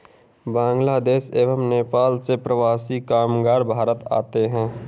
बांग्लादेश एवं नेपाल से प्रवासी कामगार भारत आते हैं